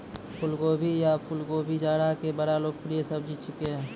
फुलगोभी या फुलकोबी जाड़ा के बड़ा लोकप्रिय सब्जी छेकै